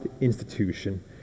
institution